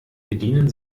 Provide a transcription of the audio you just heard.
bedienen